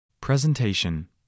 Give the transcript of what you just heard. Presentation